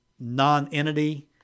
non-entity